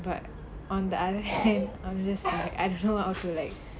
but on the other hand I'm just I don't know how to like